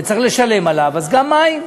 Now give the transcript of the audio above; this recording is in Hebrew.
וצריך לשלם עליו, גם מים.